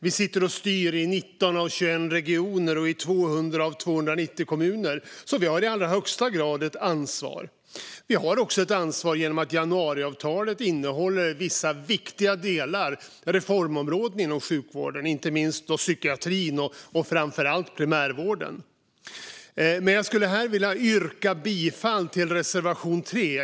Vi sitter och styr i 19 av 21 regioner och i 200 av 290 kommuner, så vi har i allra högsta grad ett ansvar. Vi har också ett ansvar genom att januariavtalet innehåller vissa viktiga delar, reformområden, inom sjukvården. Det gäller inte minst psykiatrin och, framför allt, primärvården. Jag skulle vilja yrka bifall till reservation 3.